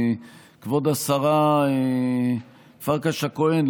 כבוד השרה פרקש הכהן,